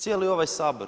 Cijeli ovaj Sabor.